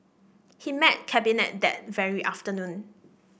he met Cabinet that very afternoon